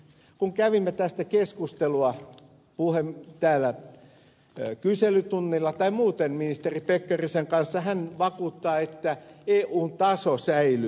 kun kävimme tästä keskustelua täällä kyselytunnilla tai muuten ministeri pekkarisen kanssa hän vakuuttaa että eun taso säilyy